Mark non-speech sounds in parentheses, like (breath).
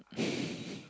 (breath)